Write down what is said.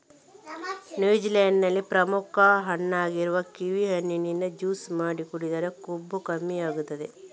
New Zealand ನ ಪ್ರಮುಖ ಹಣ್ಣಾಗಿರುವ ಕಿವಿ ಹಣ್ಣಿನಿಂದ ಜ್ಯೂಸು ಮಾಡಿ ಕುಡಿದ್ರೆ ಕೊಬ್ಬು ಕಮ್ಮಿ ಆಗ್ತದೆ